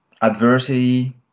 Adversity